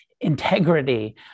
integrity